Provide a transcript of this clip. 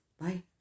Bye